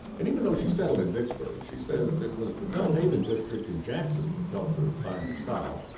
and even though she's settled in vicksburg, she says it was the bellhaven district in jackson that helped her find her style.